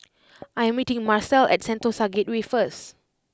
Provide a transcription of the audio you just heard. I am meeting Marcelle at Sentosa Gateway first